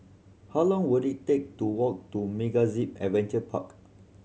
how long will it take to walk to MegaZip Adventure Park